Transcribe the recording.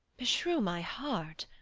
beshrew my heart,